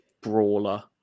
brawler